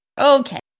Okay